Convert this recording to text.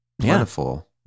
plentiful